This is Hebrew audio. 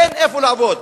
אין איפה לעבוד,